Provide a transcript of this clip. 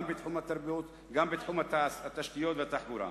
בתחום התרבות וגם בתחום התשתיות והתחבורה.